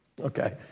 okay